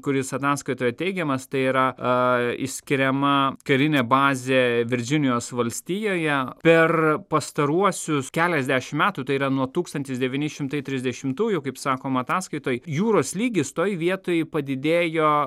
kuris ataskaitoje teigiamas tai yra a išskiriama karinė bazė virdžinijos valstijoje per pastaruosius keliasdešim metų tai yra nuo tūkstantis devyni šimtai trisdešimtųjų kaip sakoma ataskaitoj jūros lygis toj vietoj padidėjo